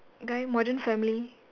guy modern family